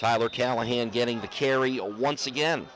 tyler callahan getting the carry all once again